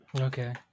Okay